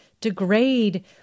degrade